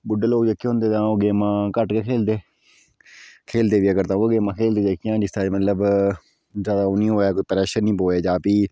बुड्डे लोग जेह्के होंदे तां ओह् गेमां घट्ट गै खेलदे खेलदे बी अगर ते ऊऐ गेमां खेलदे जेह्कियां जिसदा मतलव जादै ओह् नी होऐ प्रैश्शर नी बनै जे फ्ही